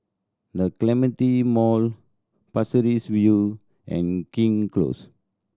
The Clementi Mall Pasir Ris View and King Close